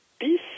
peace